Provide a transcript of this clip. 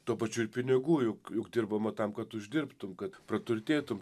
tuo pačiu ir pinigų juk juk dirbama tam kad uždirbtum kad praturtėtum